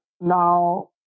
now